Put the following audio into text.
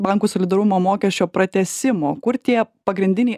bankų solidarumo mokesčio pratęsimo kur tie pagrindiniai